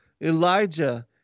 Elijah